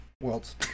Worlds